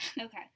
okay